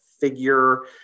figure